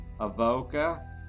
Avoca